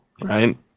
right